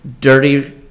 dirty